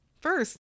First